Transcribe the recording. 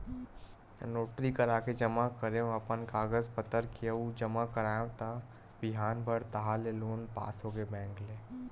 notary कराके जमा करेंव अपन कागज पतर के अउ जमा कराएव त बिहान भर ताहले लोन पास होगे बेंक ले